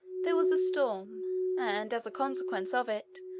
there was a storm and, as a consequence of it,